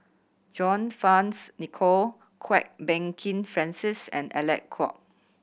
John Fearns Nicoll Kwok Peng Kin Francis and Alec Kuok